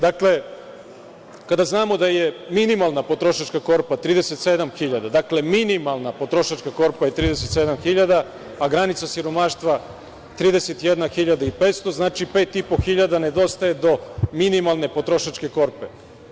Dakle, kada znamo da je minimalna potrošačka korpa 37.000, dakle, minimalna potrošačka korpa je 37.000, a granica siromaštva je 31.500, znači 5.500 nedostaje do minimalne potrošačke korpe.